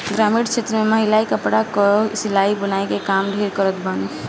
ग्रामीण क्षेत्र में महिलायें कपड़ा कअ सिलाई बुनाई के काम ढेर करत बानी